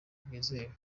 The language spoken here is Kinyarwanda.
bwizewe